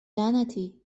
لعنتی